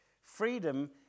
Freedom